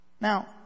Now